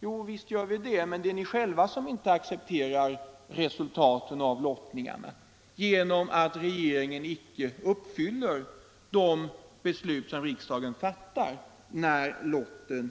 Jo, visst gör vi det. Det är ni själva som inte accepterar resultaten. Regeringen uppfyller icke de beslut som riksdagen fattar, när lottningen